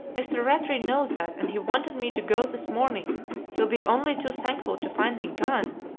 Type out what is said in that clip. mr. rattray knows that, and he wanted me to go this morning he'll be only too thankful to find me gone.